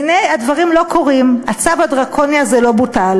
והנה, הדברים לא קורים, הצו הדרקוני הזה לא בוטל.